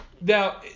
now